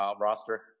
roster